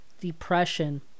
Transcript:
Depression